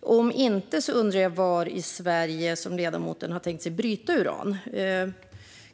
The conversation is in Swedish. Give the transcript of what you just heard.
Om inte undrar jag var i Sverige som ledamoten har tänkt sig bryta uran.